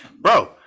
Bro